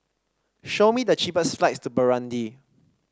show me the cheapest flights to Burundi